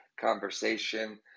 conversation